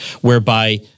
whereby